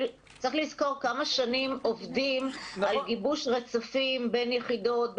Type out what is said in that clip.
צריך לזכור כמה שנים עובדים על גיבוש רצפים בין יחידות,